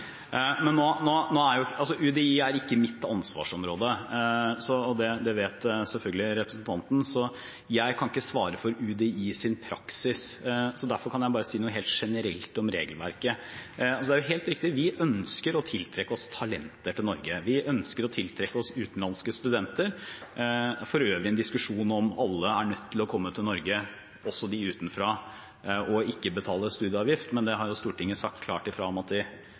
UDI er ikke mitt ansvarsområde – det vet selvfølgelig representanten – så jeg kan ikke svare for UDIs praksis, jeg kan bare si noe helt generelt om regelverket. Det er helt riktig at vi ønsker å tiltrekke oss talenter til Norge, vi ønsker å tiltrekke oss utenlandske studenter. Det er for øvrig en diskusjon om alle er nødt til å komme til Norge – også de utenfra – og ikke betale studieavgift, men det har Stortinget sagt klart ifra om at de